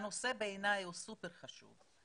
הנושא בעיני הוא סופר חשוב.